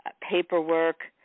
paperwork